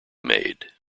made